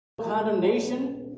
condemnation